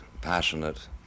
passionate